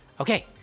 okay